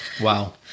wow